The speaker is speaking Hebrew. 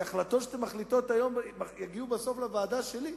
כי ההחלטות שאתם מחליטים היום יגיעו בסוף לוועדה שלי.